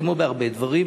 כמו בהרבה דברים,